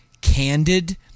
candid